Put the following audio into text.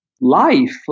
life